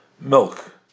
Milk